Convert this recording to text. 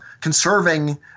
conserving